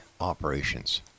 operations